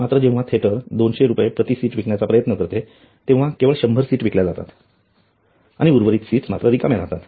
मात्र जेव्हा थिएटर २०० रुपये प्रति सीट विकण्याचा प्रयत्न करते तेंव्हा केवळ 100 सीट विकल्या जातात आणि उर्वरित सीट्स रिकाम्या राहतात